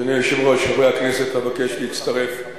אדוני היושב-ראש, חברי הכנסת, אבקש להצטרף,